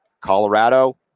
Colorado